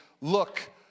look